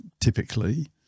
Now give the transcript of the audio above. typically